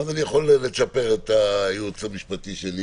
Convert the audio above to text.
רצית לומר משהו לגבי הטכנולוגיה המשטרתית,